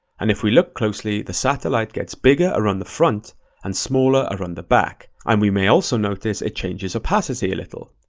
and if we look closely, the satellite gets bigger around the front and smaller around the back. and we may also notice it changes opacity a little.